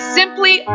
simply